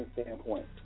standpoint